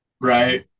Right